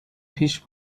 پیش